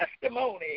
testimony